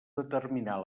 determinar